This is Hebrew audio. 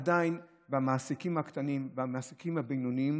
עדיין אצל המעסיקים הקטנים והמעסיקים הבינוניים